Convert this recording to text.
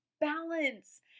Balance